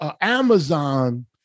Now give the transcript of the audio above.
Amazon